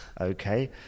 Okay